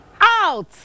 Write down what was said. out